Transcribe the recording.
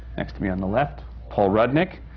next to me on the left, paul rudnick.